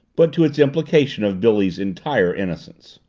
but to its implication of billy's entire innocence.